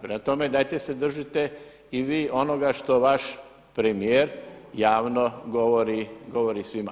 Prema tome dajte se držite i vi onoga što vaš premijer javno govori svima.